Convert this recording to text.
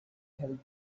held